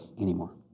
anymore